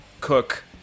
cook